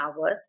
hours